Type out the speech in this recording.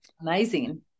Amazing